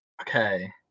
Okay